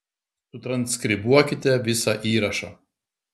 sutranskribuokite visą įrašą